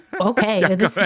Okay